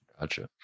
Gotcha